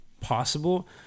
possible